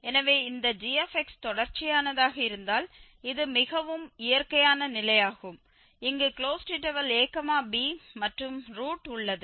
எனவே இந்த g தொடர்ச்சியானதாக இருந்தால் இது மிகவும் இயற்கையான நிலையாகும் இங்கு ab மற்றும் ரூட் உள்ளது